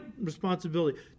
responsibility